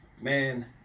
man